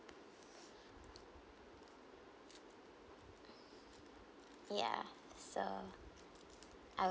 yeah so I